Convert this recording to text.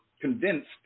convinced